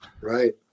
right